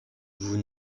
vous